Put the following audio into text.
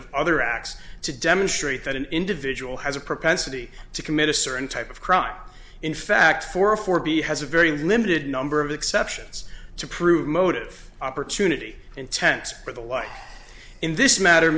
of other acts to demonstrate that an individual has a propensity to commit a certain type of crime in fact for or for b has a very limited number of exceptions to prove motive opportunity intent or the like in this matter